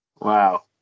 Wow